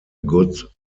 good